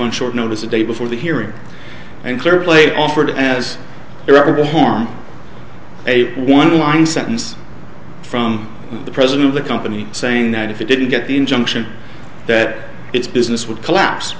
on short notice a day before the hearing and clerk late offered as irreparable harm a one line sentence from the president of the company saying that if it didn't get the injunction that its business would collapse